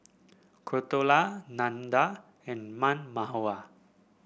Koratala Nandan and Ram Manohar